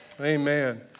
amen